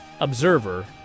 Observer